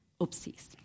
Oopsies